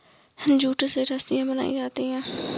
jute से रस्सियां बनायीं जाती है